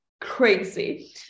crazy